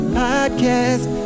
podcast